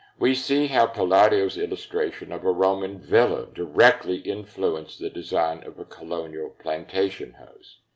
we see how palladio's illustration of a roman villa directly influenced the design of a colonial plantation house.